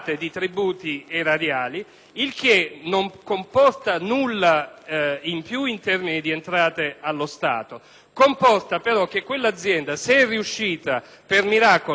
mi permetto di definire formalistico, è che non si quantifica il meno che entra allo Stato: ma che cosa deve entrare, nel momento in cui entra il bene, se non un debito, che